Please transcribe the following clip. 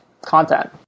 content